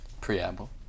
Preamble